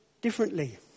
differently